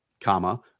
comma